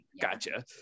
Gotcha